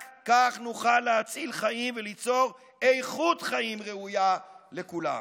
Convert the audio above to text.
רק כך נוכל להציל חיים וליצור איכות חיים ראויה לכולם.